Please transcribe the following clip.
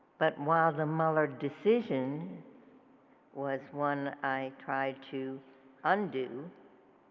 but while the muller decision was one i tried to undo,